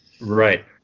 Right